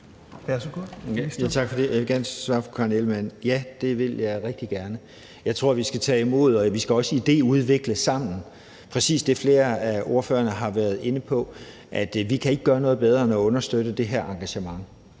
Ja, det vil jeg rigtig gerne. Jeg tror, vi skal tage imod input, og vi skal også idéudvikle sammen. Flere af ordførerne har været inde på præcis det – vi kan ikke gøre noget bedre end at understøtte det her engagement.